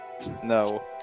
No